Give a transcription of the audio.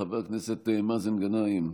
חבר הכנסת מאזן גנאים,